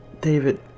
david